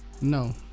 No